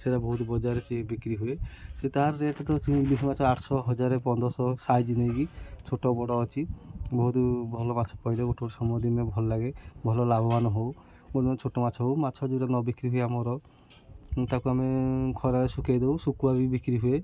ସେଇଟା ବହୁତ ବଜାରରେ ସେ ବିକ୍ରି ହୁଏ ସେ ତାର ରେଟ୍ ତ ଇଲିଶି ମାଛ ଆଠଶହ ହଜାରେ ପନ୍ଦରଶହ ସାଇଜ ନେଇକି ଛୋଟ ବଡ଼ ଅଛି ବହୁତ ଭଲ ମାଛ ପଇଲେ ଗୋଟେ ଗୋଟେ ସମୟ ଦିନେ ଭଲ ଲାଗେ ଭଲ ଲାଭବାନ ହଉ ଗୋଟେ ଛୋଟ ମାଛ ହଉ ମାଛ ଯଦି ନ ବିକ୍ରି ହୁଏ ଆମର ତାକୁ ଆମେ ଖରାରେ ଶୁକେଇ ଦଉ ଶୁକୁଆ ବି ବିକ୍ରି ହୁଏ